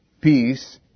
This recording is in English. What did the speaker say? peace